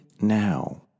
now